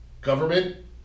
government